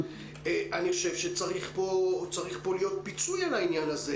אני חושב שצריך פה להיות פיצוי על העניין הזה.